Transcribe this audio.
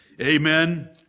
Amen